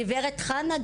גברת חנה?